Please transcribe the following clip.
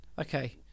Okay